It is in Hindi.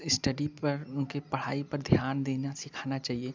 इस्टडी उनके पढ़ाई पर ध्यान देना सिखाना चाहिए